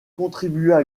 contribua